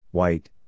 White